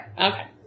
Okay